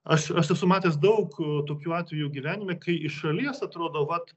aš aš esu matęs daug tokių atvejų gyvenime kai iš šalies atrodo vat